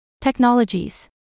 Technologies